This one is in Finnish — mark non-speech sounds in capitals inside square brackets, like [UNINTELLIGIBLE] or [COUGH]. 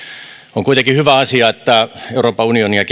on kuitenkin hyvä asia että euroopan unionia [UNINTELLIGIBLE]